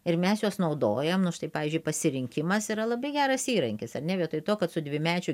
ir mes juos naudojam nu štai pavyzdžiui pasirinkimas yra labai geras įrankis ar ne vietoj to kad su dvimečiu